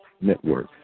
Network